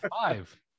five